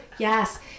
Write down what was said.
yes